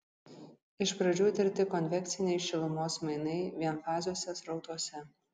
iš pradžių tirti konvekciniai šilumos mainai vienfaziuose srautuose